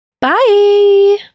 Bye